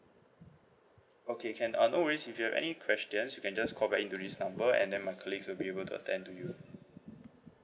okay can uh no worries if you have any questions you can just call back in to this number and then my colleagues will be able to attend to you